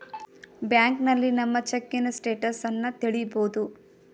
ಬ್ಯಾಂಕ್ನಲ್ಲಿ ನಮ್ಮ ಚೆಕ್ಕಿನ ಸ್ಟೇಟಸನ್ನ ತಿಳಿಬೋದು